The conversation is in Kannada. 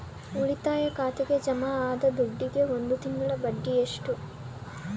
ಉಳಿತಾಯ ಖಾತೆಗೆ ಜಮಾ ಆದ ದುಡ್ಡಿಗೆ ಒಂದು ತಿಂಗಳ ಬಡ್ಡಿ ಎಷ್ಟು?